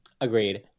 Agreed